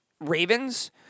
Ravens